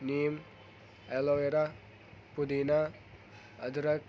نیم aloe vera پودینا ادرک